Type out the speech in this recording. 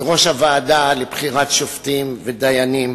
בראש הוועדות לבחירת שופטים ודיינים,